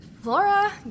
Flora